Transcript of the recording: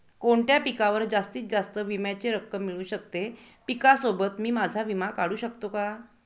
कोणत्या पिकावर जास्तीत जास्त विम्याची रक्कम मिळू शकते? पिकासोबत मी माझा विमा काढू शकतो का?